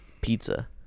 pizza